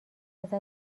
ازت